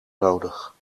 nodig